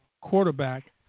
quarterback